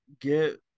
get